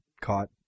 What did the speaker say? caught